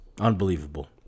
unbelievable